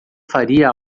faria